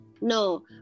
No